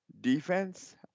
defense